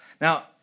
Now